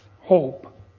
hope